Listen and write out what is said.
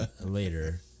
Later